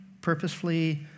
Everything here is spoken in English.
purposefully